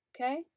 Okay